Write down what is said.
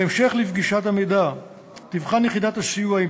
בהמשך לפגישת המידע תבחן יחידת הסיוע עם